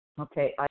Okay